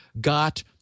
got